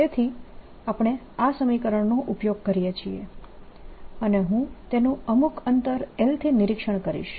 તેથી આપણે આ સમીકરણનો ઉપયોગ કરીએ છીએ અને હું તેનું અમુક અંતર l થી નિરીક્ષણ કરીશ